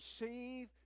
receive